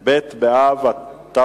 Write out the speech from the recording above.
ב' באב התש"ע,